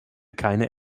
keine